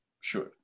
Sure